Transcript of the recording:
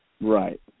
Right